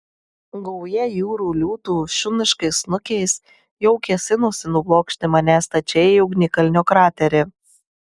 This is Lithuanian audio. gauja jūrų liūtų šuniškais snukiais jau kėsinosi nublokšti mane stačiai į ugnikalnio kraterį